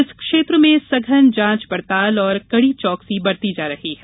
इस क्षेत्र में संघन जांच पड़ताल और कड़ी चौकसी बरती जा रही है